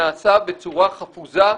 נעשה בצורה חפוזה,